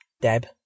Deb